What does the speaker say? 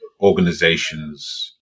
organizations